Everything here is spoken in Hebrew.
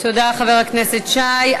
תודה לחבר הכנסת שי.